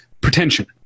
pretension